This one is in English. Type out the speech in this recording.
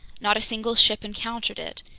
not a single ship encountered it.